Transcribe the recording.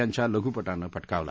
यांच्या लघुपटानं पटकावला